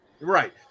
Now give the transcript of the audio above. Right